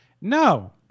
no